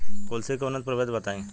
कुलथी के उन्नत प्रभेद बताई?